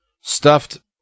stuffed